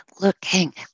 looking